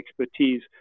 expertise